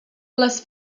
les